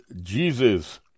Jesus